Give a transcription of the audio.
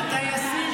לא יהדות.